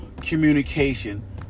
communication